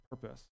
purpose